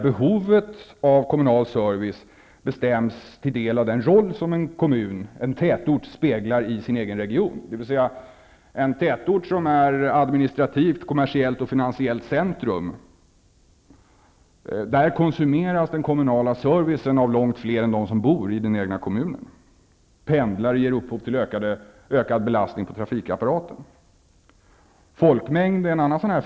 Behovet av kommunal service bestäms till en del av den roll som en tätort speglar i sin egen region. I en tätort som är administrativt, kommersiellt och finansiellt centrum konsumeras den kommunala servicen av långt fler än de som bor i den egna kommunen. Pendlare ger upphov till ökad belastning på trafikapparaten. Folkmängd är en annan faktor.